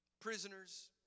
prisoners